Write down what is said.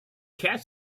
cat